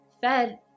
fed